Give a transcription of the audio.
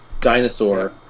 dinosaur